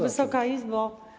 Wysoka Izbo!